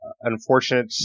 unfortunate